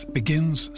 begins